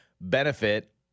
benefit